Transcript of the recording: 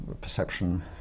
perception